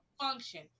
function